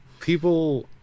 People